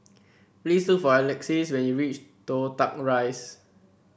please look for Alexis when you reach Toh Tuck Rise